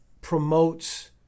promotes